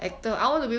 what the